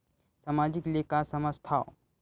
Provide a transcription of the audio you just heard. सामाजिक ले का समझ थाव?